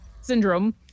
syndrome